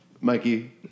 Mikey